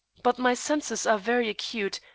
but my senses are very acute,